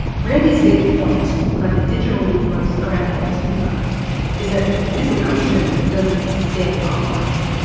brandy's big point about the digital rumors around and tifa is that misinformation doesn't stay online.